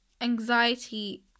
anxiety